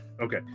okay